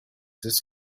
his